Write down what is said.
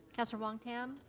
councillor wong-tam.